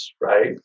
right